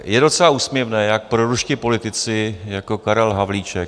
Je docela úsměvné, jak proruští politici jako Karel Havlíček